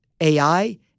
AI